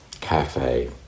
cafe